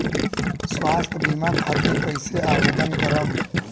स्वास्थ्य बीमा खातिर कईसे आवेदन करम?